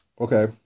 Okay